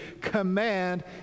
command